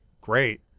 Great